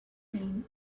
mean